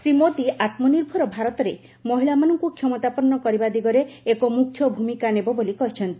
ଶ୍ରୀ ମୋଦୀ ଆତ୍ମନିର୍ଭର ଭାରତରେ ମହିଳାମାନଙ୍କୁ କ୍ଷମତାପନ୍ନ କରିବା ଏକ ମୁଖ୍ୟ ଭୂମିକା ନେବ ବୋଲି କହିଛନ୍ତି